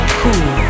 cool